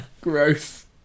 Gross